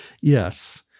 Yes